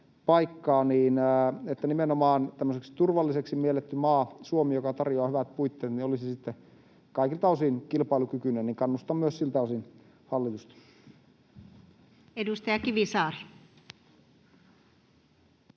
paikkaa, että nimenomaan tämmöiseksi turvalliseksi mielletty maa, Suomi, joka tarjoaa hyvät puitteet, olisi kaikilta osin kilpailukykyinen. Kannustan myös siltä osin hallitusta. [Speech 170]